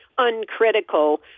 uncritical